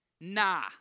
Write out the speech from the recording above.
nah